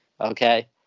okay